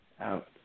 out